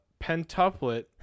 pentuplet